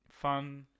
fun